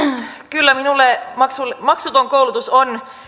kyllä minulle maksuton koulutus on